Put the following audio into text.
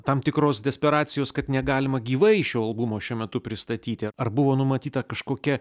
tam tikros desperacijos kad negalima gyvai šio albumo šiuo metu pristatyti ar buvo numatyta kažkokia